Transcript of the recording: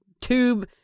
tube